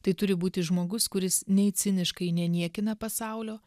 tai turi būti žmogus kuris nei ciniškai neniekina pasaulio